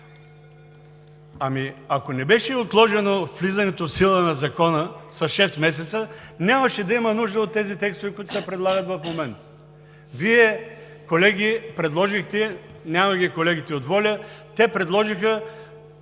Ами, ако не беше отложено влизането в сила на Закона с шест месеца, нямаше да има нужда от тези текстове, които се предлагат в момента. Вие, колеги, предложихте – няма ги колегите от ВОЛЯ, те предложиха